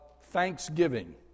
thanksgiving